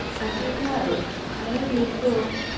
i don't know, i only thought